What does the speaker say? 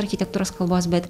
architektūros kalbos bet